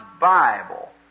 Bible